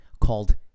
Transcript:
called